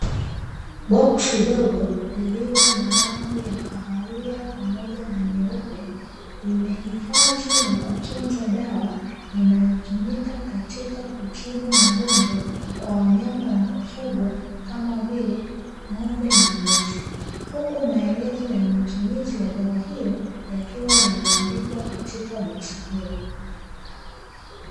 Boksi dogo lililo na rangi ya kahawia pamoja na nyeupe, limehifadhi na kutunza dawa inayotumika katika kutibu magonjwa kwa wanyama wa kufugwa kama vile ng'ombe na mbuzi; huku maelezo ya matumizi ya dawa hiyo yakiwa yameandikwa katika boksi hilo.